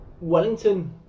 Wellington